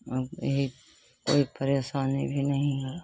और यही कोई परेशानी भी नहीं है